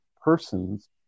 persons